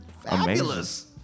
fabulous